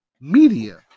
media